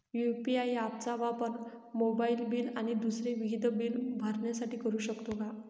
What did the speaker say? UPI app चा वापर mobile bill आणि दुसरी विविध बिले भरण्यासाठी करू शकतो का?